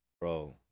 Bro